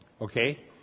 Okay